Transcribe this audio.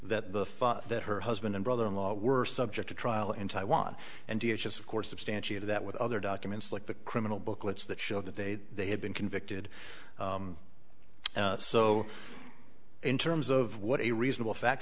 thought that her husband and brother in law were subject to trial in taiwan and d h is of course substantiated that with other documents like the criminal booklets that showed that they they had been convicted so in terms of what a reasonable fact